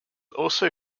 also